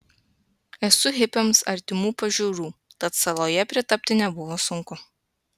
esu hipiams artimų pažiūrų tad saloje pritapti nebuvo sunku